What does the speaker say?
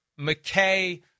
McKay